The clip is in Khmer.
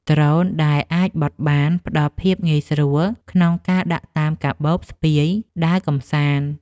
ដ្រូនដែលអាចបត់បាន ផ្ដល់ភាពងាយស្រួលក្នុងការដាក់តាមកាបូបស្ពាយដើរកម្សាន្ត។